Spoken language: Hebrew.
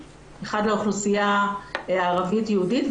אחד לאוכלוסייה הערבית-יהודית,